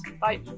Bye